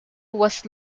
was